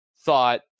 thought